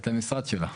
את המשרד שלה.